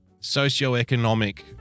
socioeconomic